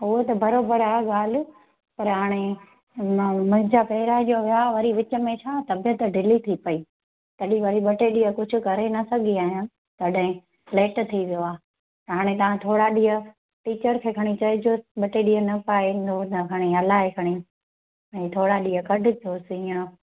उहो त बराबरि आहे ॻाल्हि पर हाणे मां हुनजा पहिरां जो हुया वरी विच में छा तबियतु ढिली थी पई तॾहिं वरी ॿ टे ॾींहं कुझु करे न सघी आहियां तॾहिं लेट थी वियो आहे हाणे तव्हां थोरा ॾींहं टीचर खे खणी चइजो ॿ टे ॾींहं न पाइ ईंदो त खणी हलाए खणी ऐं थोरा ॾींहं कढजोसि ईअं